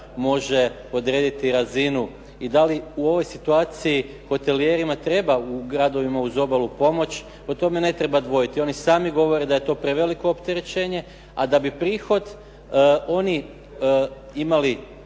može odrediti razinu i da li u ovoj situaciji hotelijerima treba u gradovima uz obalu pomoći, o tome ne treba dvojiti. Oni sami govore da je to preveliko opterećenje, a da bi prihod oni imali